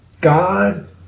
God